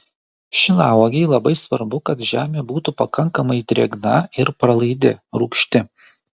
šilauogei labai svarbu kad žemė būtų pakankamai drėgna ir pralaidi rūgšti